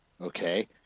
Okay